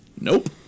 nope